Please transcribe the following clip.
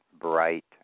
bright